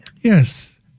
Yes